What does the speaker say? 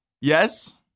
Yes